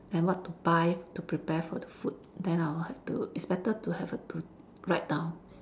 and what to buy to prepare for the food then I'll have to it's better to have a to write down